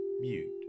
mute